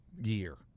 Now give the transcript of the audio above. year